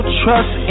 trust